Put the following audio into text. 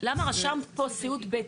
למה רשמת פה סיעוד ביתי?